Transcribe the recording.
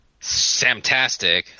Samtastic